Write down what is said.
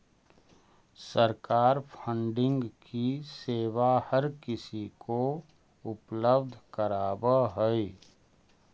सरकार फंडिंग की सेवा हर किसी को उपलब्ध करावअ हई